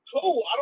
cool